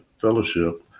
fellowship